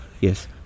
Yes